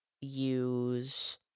use